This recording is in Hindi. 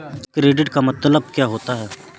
क्रेडिट का मतलब क्या होता है?